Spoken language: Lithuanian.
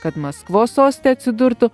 kad maskvos soste atsidurtų